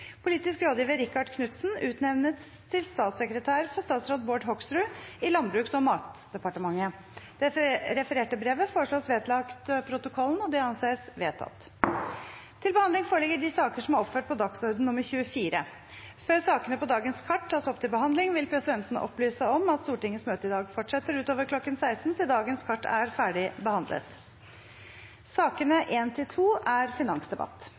Politisk rådgiver Rikard Knutsen utnevnes til statssekretær for statsråd Bård Hoksrud i Landbruks- og matdepartementet.» Det refererte brevet foreslås vedlagt protokollen. – Det anses vedtatt. Før sakene på dagens kart tas opp til behandling, vil presidenten opplyse om at Stortingets møte i dag fortsetter utover kl. 16.00 til dagens kart er